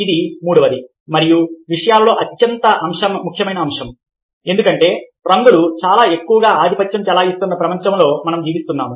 ఇది మూడవది మరియు విషయాలలో అత్యంత ముఖ్యమైన అంశం ఎందుకంటే రంగులు చాలా ఎక్కువగా ఆధిపత్యం చెలాయిస్తున్న ప్రపంచంలో మనం జీవిస్తున్నాము